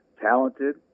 talented